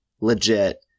legit